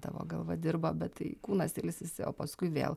tavo galva dirba bet tai kūnas ilsisi o paskui vėl